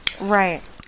Right